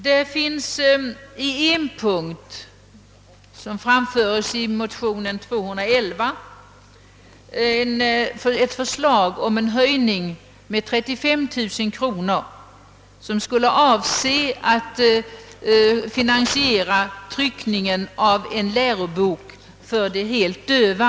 I motionerna I: 211 och II: 276 föreslås en höjning med 35000 kronor för att finansiera tryckningen av en lärobok i åtbördsspråket för de helt döva.